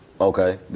Okay